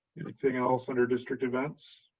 anything else under district events?